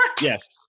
yes